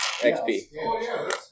XP